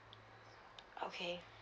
okay